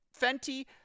Fenty